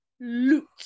loot